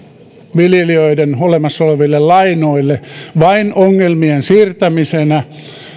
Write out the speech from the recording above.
viljelijöiden olemassa oleville lainoille vain ongelmien siirtämisenä